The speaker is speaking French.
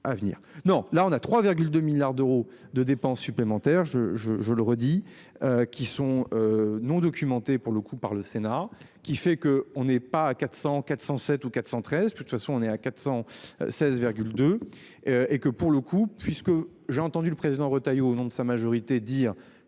Non, là on a 3,2 milliards d'euros de dépenses supplémentaires. Je je je le redis qui sont non documentés pour le coup par le Sénat qui fait que on est pas à 400, 407 ou 413 de toute façon on est à 416 2. Et que pour le coup, puisque j'ai entendu le président Retailleau au nom de sa majorité. Dire